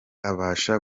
abasha